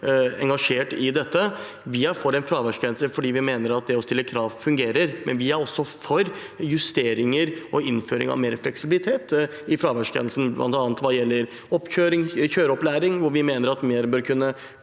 engasjert i dette. Vi er for en fraværsgrense fordi vi mener at det å stille krav fungerer, men vi er også for justeringer og innføring av mer fleksibilitet med tanke på fraværsgrensen, bl.a. hva gjelder kjøreopplæring, hvor vi mener at mer bør kunne